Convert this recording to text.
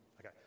Okay